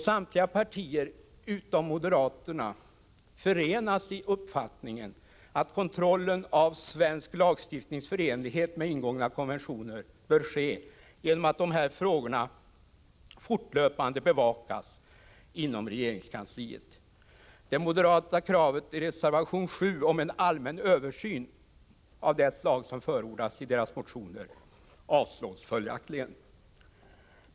Samtliga partier utom moderaterna förenas i uppfattningen att kontrollen av svensk lagstiftnings förenlighet med ingångna konventioner bör ske genom att frågorna fortlöpande bevakas inom regeringskansliet. Det moderata kravet i reservation 7 om en allmän översyn av det slag som förordas i deras motioner avstyrks följaktligen.